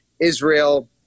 Israel –